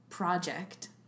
Project